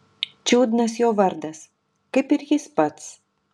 čiudnas jo vardas kaip ir jis pats